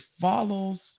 follows